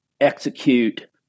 execute